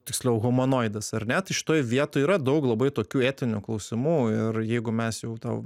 tiksliau humanoidas ar ne tai šitoj vietoj yra daug labai tokių etinių klausimų ir jeigu mes jau tau